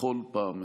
בכל פעם מחדש.